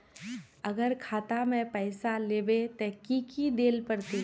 अगर खाता में पैसा लेबे ते की की देल पड़ते?